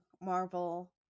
Marvel